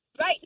Right